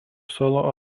solo